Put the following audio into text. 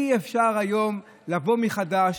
אי-אפשר היום לבוא מחדש,